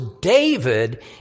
David